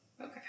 Okay